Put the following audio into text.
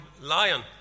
lion